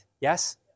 Yes